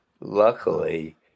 Luckily